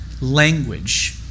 language